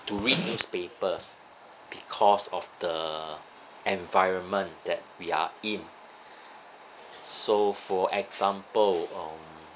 to read newspapers because of the environment that we are in so for example um